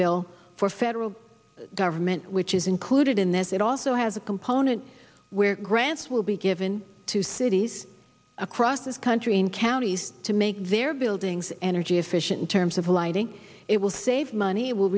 bill for federal government which is included in this it also has a component where grants will be given to cities across this country in counties to make their buildings energy efficient in terms of lighting it will save money will